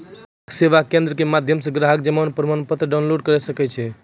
ग्राहक सेवा केंद्रो के माध्यमो से ग्राहक जमा प्रमाणपत्र डाउनलोड करे सकै छै